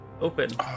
open